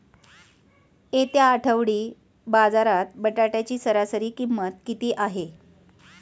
येत्या आठवडी बाजारात बटाट्याची सरासरी किंमत किती आहे?